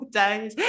days